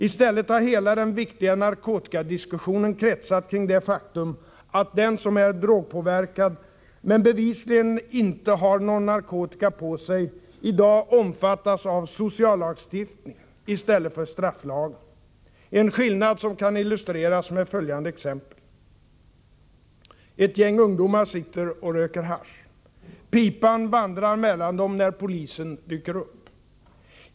I stället har hela den viktiga narkotikadiskussionen kretsat kring det faktum att den som är drogpåverkad — men bevisligen inte har någon narkotika på sig —i dag omfattas av sociallagstiftningen i stället för av strafflagen. Skillnaden kan illustreras med följande exempel: Ett gäng ungdomar sitter och röker hasch. Pipan vandrar mellan dem när polisen dyker upp.